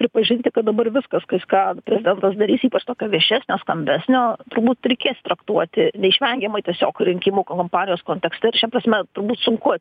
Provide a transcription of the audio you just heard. pripažinti kad dabar viskas ką jis ką prezidentas darys ypač tokio viešesnio skambesnio turbūt reikės traktuoti neišvengiamai tiesiog rinkimų kompanijos kontekste šia prasme turbūt sunku